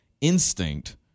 instinct